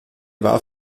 war